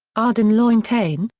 arden lointain,